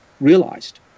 realized